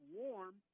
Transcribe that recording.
warm